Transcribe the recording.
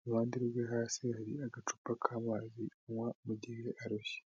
iruhande rwe hasi hari agacupa k'amazi anywa mu gihe arushye.